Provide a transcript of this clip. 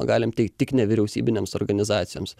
galim teikt tik nevyriausybinėms organizacijoms